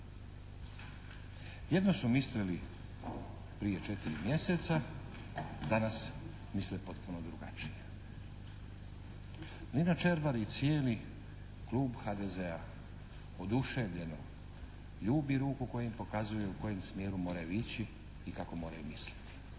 Jedno su mislili prije četiri mjeseca, danas misle potpuno drugačije. Lino Červar i cijeli klub HDZ-a oduševljeno ljubi ruku koja im pokazuje u kojem smjeru moraju ići i kako moraju misliti.